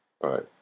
Right